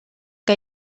que